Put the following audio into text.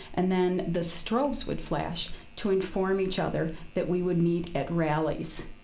and then the strobes would flash to inform each other that we would meet at rallies.